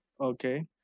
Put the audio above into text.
Okay